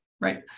Right